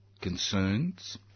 concerns